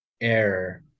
error